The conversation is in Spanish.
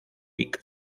pico